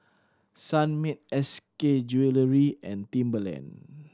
Sunmaid S K wellery and Timberland